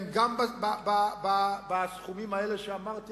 הם בסכומים האלה שאמרתי,